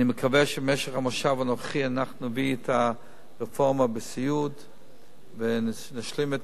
אני מקווה שבמשך המושב הנוכחי אנחנו נביא את הרפורמה בסיעוד ונשלים את